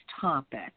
topic